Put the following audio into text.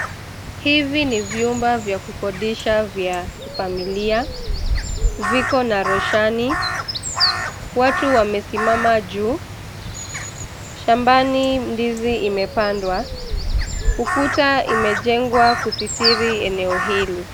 Hivi ni vyumba vya kukodisha vya kifamilia. Viko na rushani. Watu wamesimama juu, shambani ndizi imepandwa, ukuta imejengwa kusitiri eneo hili.